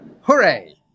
hooray